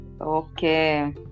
Okay